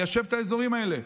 ליישב את האזורים האלה.